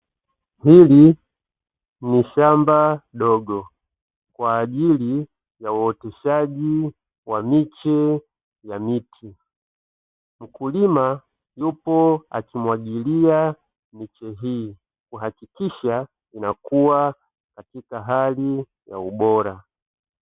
Hili ni shamba dogo kwa ajili ya uoteshaji wa miche ya miti. Mkulima yuko akimwagilia miche hii, kuhakikisha inakua katika hali ya ubora.